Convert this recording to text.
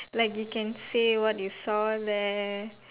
like you can say what you saw there